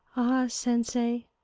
sensei,